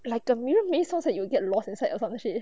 like a mirror maze sounds like you will get lost inside or some shit